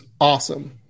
awesome